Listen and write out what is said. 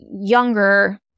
younger